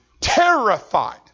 terrified